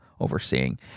overseeing